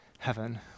heaven